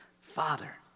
Father